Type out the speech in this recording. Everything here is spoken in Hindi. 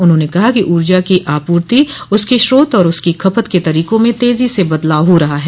उन्होंने कहा कि ऊर्जा की आपूर्ति उसके स्रोत और उसकी खपत के तरीको में तजी से बदलाव हा रहा है